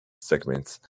segments